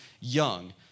young